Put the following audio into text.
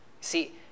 see